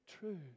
true